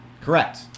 Correct